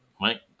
Mike